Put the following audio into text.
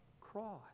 cross